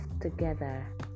together